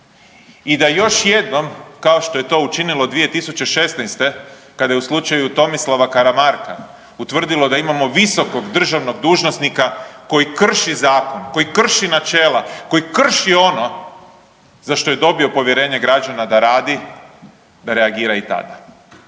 i da još jednom kao što je to učinilo 2016. kad je u slučaju Tomislava Karamarka utvrdilo da imamo visokog državnog dužnosnika koji krši zakon, koji krši načela, koji krši ono za što je dobio povjerenje građana da radi reagira i tada.